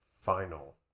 final